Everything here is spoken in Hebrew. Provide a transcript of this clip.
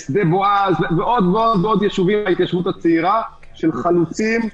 כמו שדה בועז ועוד ועוד ישובים מההתיישבות הצעירה שהם חלוצים,